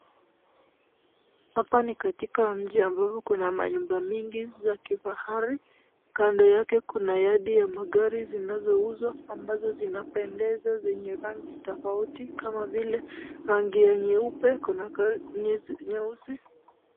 Hapa ni katika mji ambapo kuna manyumba mingi za kifahari. Kando yake kuna yardi ya magari zinazouzwa ambazo zinapendeza zenye rangi tofauti kama vile rangi ya nyeupe, kuna gari nyeusi.